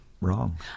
Wrong